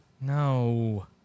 No